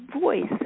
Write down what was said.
voice